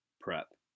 prep